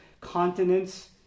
continents